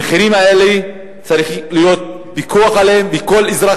המחירים האלה, צריך להיות פיקוח עליהם, ושהמוצרים